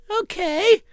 okay